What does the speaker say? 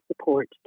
support